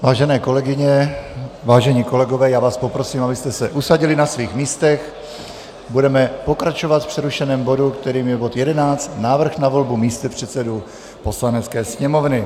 Vážené kolegyně, vážení kolegové, já vás poprosím, abyste se usadili na svých místech, budeme pokračovat v přerušeném bodu, kterým je bod 11 Návrh na volbu místopředsedů Poslanecké sněmovny.